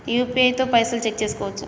UPI తో పైసల్ check చేసుకోవచ్చా?